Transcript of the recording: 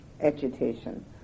agitation